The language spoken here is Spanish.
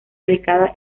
delicada